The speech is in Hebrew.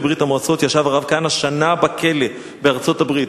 ברית-המועצות ישב הרב כהנא שנה בכלא בארצות-הברית.